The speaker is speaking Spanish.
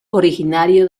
originario